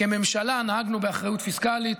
כממשלה נהגנו באחריות פיסקלית,